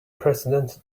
president